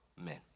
men